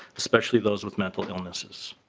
especially those with mental illnesses.